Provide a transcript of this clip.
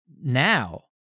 Now